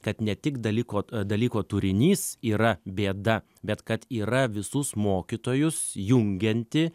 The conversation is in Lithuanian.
kad ne tik dalyko dalyko turinys yra bėda bet kad yra visus mokytojus jungianti